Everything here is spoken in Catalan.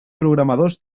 programadors